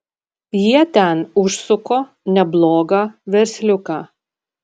jie ten užsuko neblogą versliuką